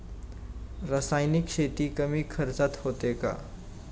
रासायनिक शेती कमी खर्चात होते का?